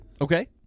Okay